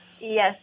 Yes